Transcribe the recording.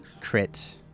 crit